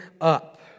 up